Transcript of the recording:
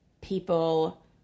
people